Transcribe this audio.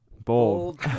Bold